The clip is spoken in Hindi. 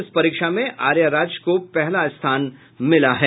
इस परीक्षा में आर्या राज को पहला स्थान मिला है